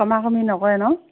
কমা কমি নকৰে ন